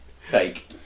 Fake